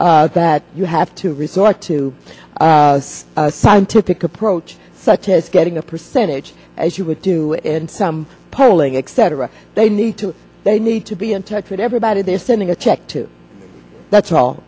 that you have to resort to a scientific approach such as getting a percentage as you would do in some polling except they need to they need to be in touch with everybody they're sending a check to that's all